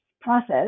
process